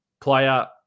player